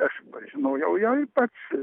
aš pažinojau ją ir pats